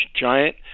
giant